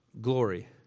glory